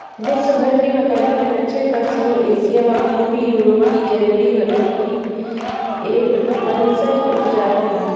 विश्वभर की बकरियाँ दक्षिण पश्चिमी एशिया व पूर्वी यूरोप की जंगली बकरी की एक वंशज उपजाति है